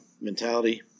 mentality